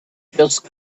just